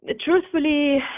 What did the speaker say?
truthfully